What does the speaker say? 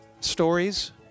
stories